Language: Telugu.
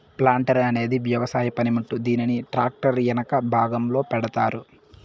ప్లాంటార్ అనేది వ్యవసాయ పనిముట్టు, దీనిని ట్రాక్టర్ కు ఎనక భాగంలో పెడతారు